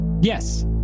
Yes